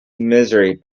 misery